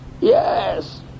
Yes